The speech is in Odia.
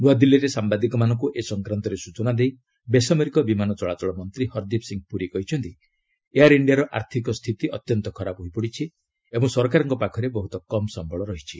ନ୍ତଆଦିଲ୍ଲୀରେ ସାମ୍ବାଦିକମାନଙ୍କୁ ଏ ସଂକ୍ରାନ୍ତରେ ସୂଚନା ଦେଇ ବେସାମରିକ ବିମାନ ଚଳାଚଳ ମନ୍ତ୍ରୀ ହରଦୀପ ସିଂହ ପ୍ରରୀ କହିଛନ୍ତି ଏୟାର୍ ଇଣ୍ଡିଆର ଆର୍ଥିକ ସ୍ଥିତି ଅତ୍ୟନ୍ତ ଖରାପ ହୋଇପଡ଼ିଛି ଓ ସରକାରଙ୍କ ପାଖରେ ବହୁତ କମ୍ ସମ୍ପଳ ରହିଛି